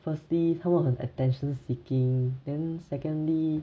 firstly 他们很 attention seeking then secondly